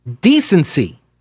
decency